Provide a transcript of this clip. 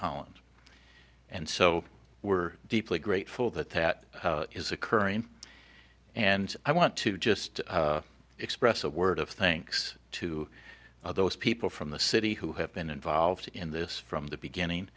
holland and so we're deeply grateful that that is occurring and i want to just express a word of thanks to all those people from the city who have been involved in this from the beginning